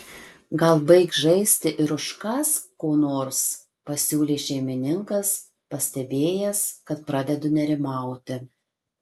gal baik žaisti ir užkąsk ko nors pasiūlė šeimininkas pastebėjęs kad pradedu nerimauti